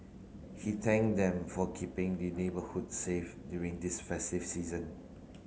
he thanked them for keeping the neighbourhood safe during this festive season